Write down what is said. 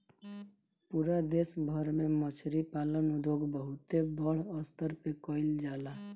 पूरा देश भर में मछरी पालन उद्योग बहुते बड़ स्तर पे कईल जाला